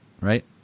right